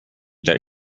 that